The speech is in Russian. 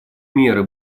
меры